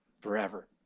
forever